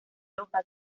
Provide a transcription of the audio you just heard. loja